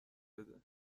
بده